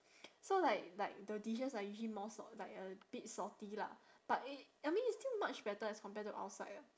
so like like the dishes are usually more salt~ like a bit salty lah but it I mean it's still much better as compared to outside ah